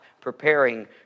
preparing